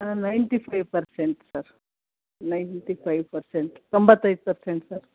ಹಾಂ ninety five percent sir ninety five percent ತೊಂಬತ್ತೈದು percent sir